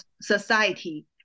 society